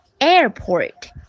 Airport